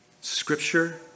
scripture